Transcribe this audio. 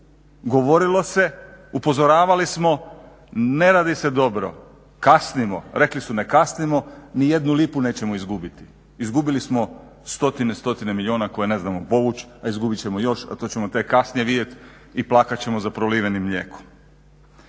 Govorilo se, upozoravali smo, ne radi se dobro, kasnimo. Rekli su ne kasnimo, ni jednu lipu nećemo izgubiti, izgubili smo stotine, stotine milijuna koje ne znamo povuć a izgubit ćemo još, a to ćemo tek kasnije vidjet i plakat ćemo za prolivenim mlijekom.